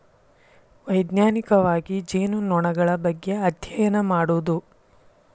ವೈಜ್ಞಾನಿಕವಾಗಿ ಜೇನುನೊಣಗಳ ಬಗ್ಗೆ ಅದ್ಯಯನ ಮಾಡುದು